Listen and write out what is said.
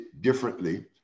differently